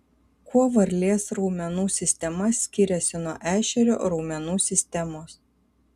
kuo varlės raumenų sistema skiriasi nuo ešerio raumenų sistemos